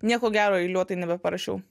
nieko gero eiliuotai nebeparašiau